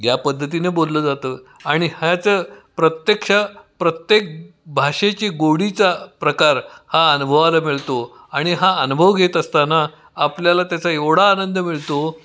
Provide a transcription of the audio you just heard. या पद्धतीने बोललं जातं आणि ह्याचं प्रत्यक्ष प्रत्येक भाषेची गोडीचा प्रकार हा अनुभवाला मिळतो आणि हा अनुभव घेत असताना आपल्याला त्याचा एवढा आनंद मिळतो